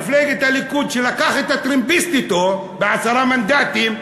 מפלגת הליכוד שלקחה אתה את הטרמפיסט בעשרה מנדטים,